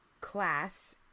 class